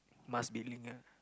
must be linked [aj]